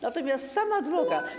Natomiast sama droga.